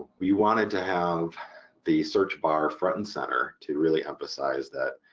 we wanted to have the search bar front and center to really emphasize that